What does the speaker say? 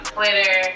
Twitter